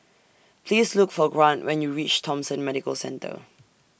Please Look For Grant when YOU REACH Thomson Medical Centre